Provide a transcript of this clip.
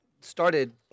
started